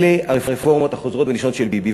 אלה הרפורמות החוזרות ונשנות של ביבי,